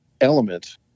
element